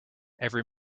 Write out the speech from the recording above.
every